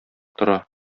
тора